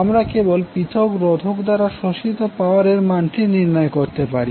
আমরা কেবল পৃথক রোধক দ্বারা শোষিত পাওয়ারের মানটি নির্ণয় করতে পারি